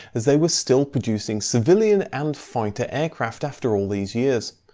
as they were still producing civilian and fighter aircraft after all these years.